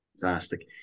Fantastic